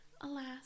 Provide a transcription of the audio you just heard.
alas